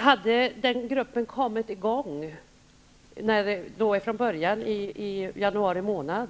Hade den gruppen kommit i gång som det var tänkt från början, i januari månad